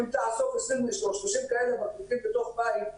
אם תאסוף 30-20 כאלה בקבוקים בתוך בית,